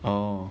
orh